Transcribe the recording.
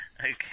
Okay